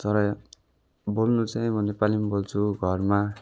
तर बोल्नु चाहिँ म नेपालीमा बोल्छु घरमा